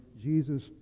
Jesus